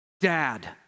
Dad